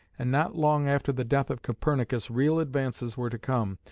and not long after the death of copernicus real advances were to come,